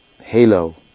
halo